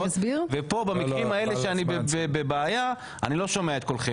ופה במקרים האלה שאני בבעיה אני לא שומע את קולכם,